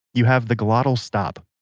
you have the glottal stop,